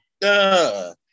Duh